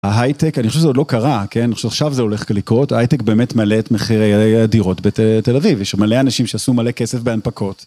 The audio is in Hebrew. ההייטק, אני חושב שזה עוד לא קרה, כן? אני חושב שעכשיו זה הולך לקרות, ההייטק באמת מעלה את מחירי הדירות בתל אביב. יש מלא אנשים שעשו מלא כסף בהנפקות.